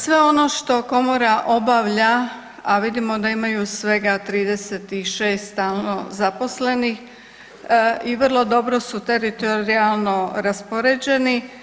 Sve ono što Komora obavlja, a vidimo da imaju svega 26 stalnozaposlenih i vrlo dobro su teritorijalno raspoređeni.